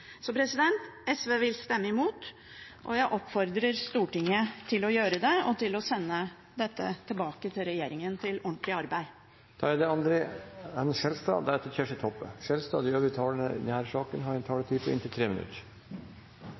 SV vil stemme imot, og jeg oppfordrer Stortinget til å gjøre det samme og til å sende dette tilbake til regjeringen – til ordentlig arbeid. De talere som heretter får ordet, har en taletid på inntil 3 minutter. Det forundrer også meg at Stortinget ikke tar seg tid til å gjøre en